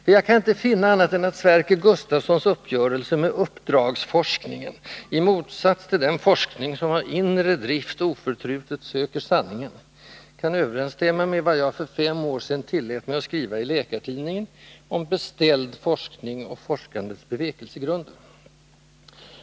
För jag kan inte finna annat än att Sverker Gustavssons uppgörelse med ”uppdragsforskningen” i motsats till den forskning, som av inre drift oförtrutet söker sanningen, i mycket överensstämmer med vad jag för fem år sedan tillät mig att skriva i Läkartidningen om ”beställd” forskning och forskandets bevekelsegrunder.